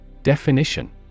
Definition